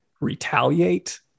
retaliate